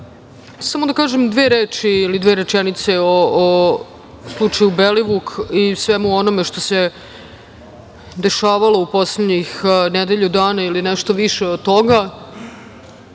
sada. Samo da kažem dve reči ili dve rečenice o slučaju Belivuk i svemu onome što se dešavalo u poslednjih nedelju dana ili nešto više od toga